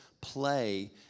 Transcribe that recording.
play